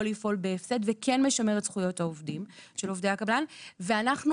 לפעול בהפסד וכן משמר את זכויות העובדים של עובדי הקבלן ואנחנו